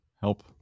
help